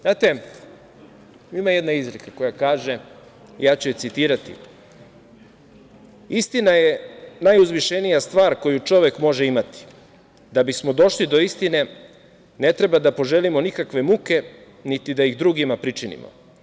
Znate, ima jedna izreka koja kaže, ja ću je citirati: "Istina je najuzvišenija stvar koju čovek može imati, da bismo došli do istine, ne treba da poželimo nikakve muke, niti da ih drugima pričinimo.